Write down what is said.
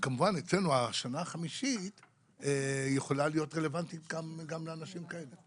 כמובן אצלנו השנה החמישית יכולה להיות רלוונטית גם לאנשים כאלה.